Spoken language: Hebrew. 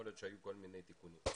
יכול להיות שהיו כל מיני תיקונים.